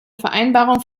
vereinbarung